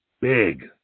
big